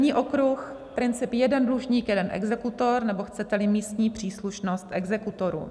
První okruh, princip jeden dlužník jeden exekutor, nebo chceteli, místní příslušnost exekutorů.